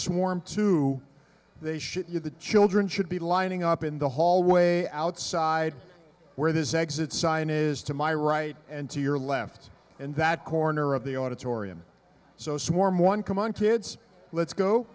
swarm to the shit you the children should be lining up in the hallway outside where this exit sign is to my right and to your left and that corner of the auditorium so swarm one come on kids let's go